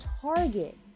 target